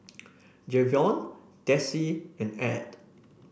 Jayvion Dessie and Ed